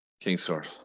Kingscourt